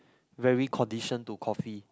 very conditioned to coffee